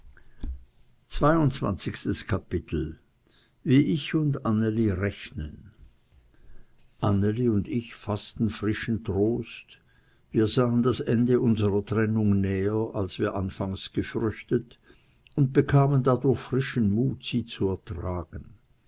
wie ich und anneli rechnen anneli und ich faßten frischen trost wir sahen das ende unserer trennung näher als wir anfangs gefürchtet und bekamen dadurch frischen mut sie zu ertragen